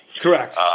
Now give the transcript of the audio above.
Correct